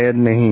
शायद नहीं